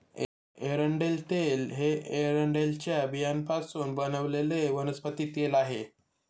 एरंडेल तेल हे एरंडेलच्या बियांपासून बनवलेले वनस्पती तेल आहे